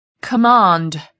Command